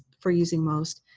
for using most.